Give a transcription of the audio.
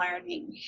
learning